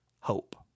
hope